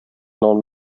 non